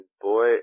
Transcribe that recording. boy